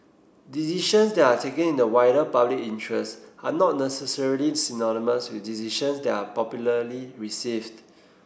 decisions that are taken in the wider public interest are not necessarily synonymous with decisions that are popularly received